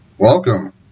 Welcome